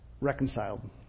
reconciled